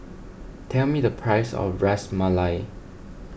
tell me the price of Ras Malai